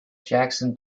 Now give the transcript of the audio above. jackson